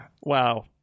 Wow